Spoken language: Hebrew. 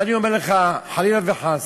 ואני אומר לך, וחלילה וחס,